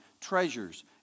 treasures